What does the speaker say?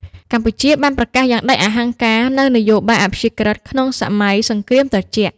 កម្ពុជាបានប្រកាសយ៉ាងដាច់អហង្ការនូវ "នយោបាយអព្យាក្រឹត" ក្នុងសម័យសង្គ្រាមត្រជាក់។